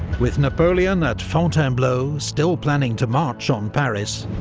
with napoleon at fontainebleau still planning to march on paris,